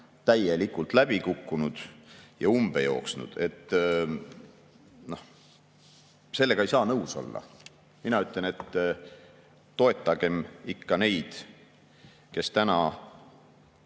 täielikult läbi kukkunud ja umbe jooksnud. Sellega ei saa nõus olla. Mina ütlen, et toetagem ikka neid, kes täna